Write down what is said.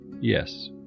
Yes